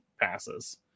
passes